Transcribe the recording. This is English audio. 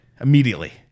immediately